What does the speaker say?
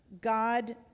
God